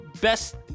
best